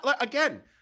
again